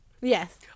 yes